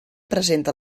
presenta